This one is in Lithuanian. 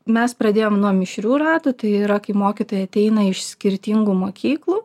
mes pradėjom nuo mišrių ratų tai yra kai mokytojai ateina iš skirtingų mokyklų